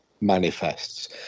manifests